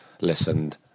listened